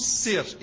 ser